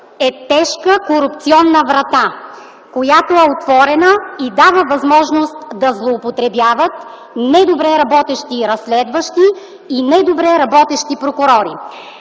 е тежка корупционна врата, която е отворена и дава възможност да злоупотребяват недобре работещи разследващи и недобре работещи прокурори.